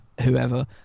whoever